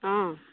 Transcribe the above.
অঁ